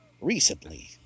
recently